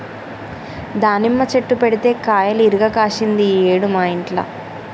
దానిమ్మ చెట్టు పెడితే కాయలు ఇరుగ కాశింది ఈ ఏడు మా ఇంట్ల